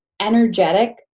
energetic